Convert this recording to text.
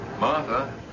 Martha